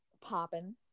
popping